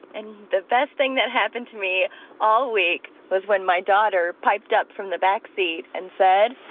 and the best thing that happened to me all week was when my daughter piped up from the backseat and said.